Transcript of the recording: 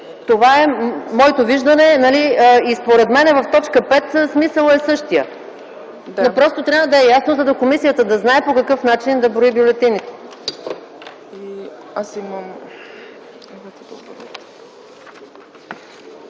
Това е моето виждане. И според мен в т. 5 смисълът е същият. Просто трябва да е ясно, за да знае комисията по какъв начин да брои бюлетините.